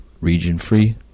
region-free